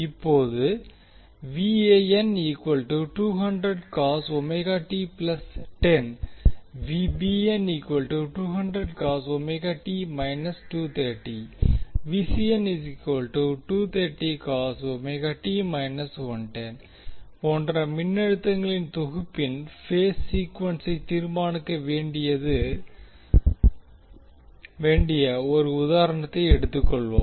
இப்போது போன்ற மின்னழுத்தங்களின் தொகுப்பின் பேஸ் சீக்குவென்ஸை தீர்மானிக்க வேண்டிய ஒரு உதாரணத்தை எடுத்துக் கொள்வோம்